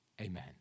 amen